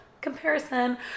comparison